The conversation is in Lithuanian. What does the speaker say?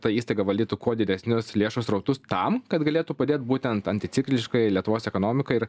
ta įstaiga valdytų kuo didesnius lėšų srautus tam kad galėtų padėt būtent anticikliškai lietuvos ekonomikai ir